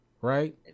Right